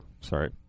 sorry